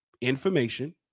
information